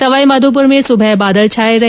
सवाईमाधोपुर में सुबह बादल छाये रहे